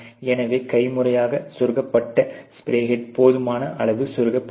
எனவே கைமுறையாக செருகப்பட்ட ஸ்ப்ரே ஹெட் போதுமான அளவு செருகப்படவில்லை